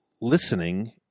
listening